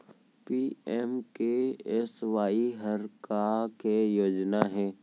PMKSY हर का के योजना हे?